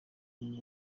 umwe